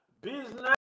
Business